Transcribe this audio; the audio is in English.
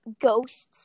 ghosts